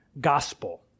gospel